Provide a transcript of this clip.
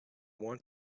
want